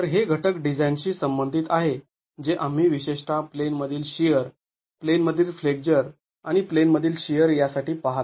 तर हे घटक डिझाईनशी संबंधित आहे जे आम्ही विशेषत प्लेनमधील शिअर प्लेनमधील फ्लेक्झर आणि प्लेनमधील शिअर यासाठी पहात आहोत